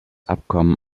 abkommen